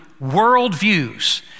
worldviews